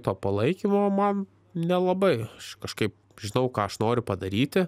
to palaikymo man nelabai kažkaip žinau ką aš noriu padaryti